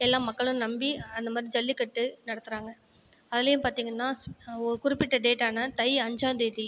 எல்லா மக்களும் நம்பி அந்த மாதிரி ஜல்லிக்கட்டு நடத்தறாங்க அதுலையும் பார்த்தீங்கன்னா ஒரு குறிப்பிட்ட டேட் ஆனா தை அஞ்சாம்தேதி